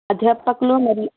అధ్యాపకులు మరియు